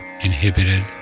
inhibited